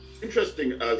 Interesting